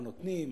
על מה נותנים,